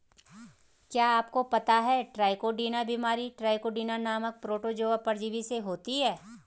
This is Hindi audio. क्या आपको पता है ट्राइकोडीना बीमारी ट्राइकोडीना नामक प्रोटोजोआ परजीवी से होती है?